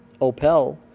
Opel